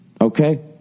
okay